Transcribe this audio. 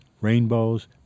rainbows